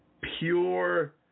pure